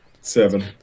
Seven